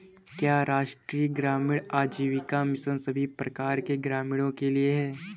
क्या राष्ट्रीय ग्रामीण आजीविका मिशन सभी प्रकार के ग्रामीणों के लिए है?